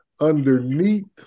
underneath